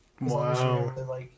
Wow